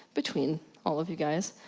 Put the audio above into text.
between all of you guys.